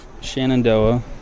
Shenandoah